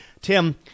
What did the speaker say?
Tim